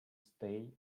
stay